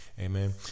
Amen